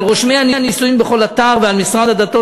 על רושמי הנישואין בכל אתר ועל משרד הדתות